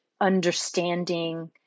understanding